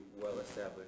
well-established